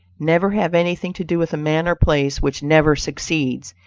never have anything to do with a man or place which never succeeds,